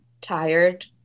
tired